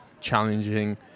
challenging